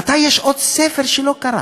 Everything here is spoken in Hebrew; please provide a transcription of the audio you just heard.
יש עוד ספר שלא קראת,